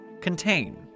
Contain